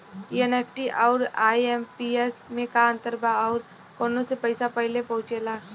NEFT आउर IMPS मे का अंतर बा और आउर कौना से पैसा पहिले पहुंचेला?